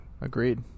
Agreed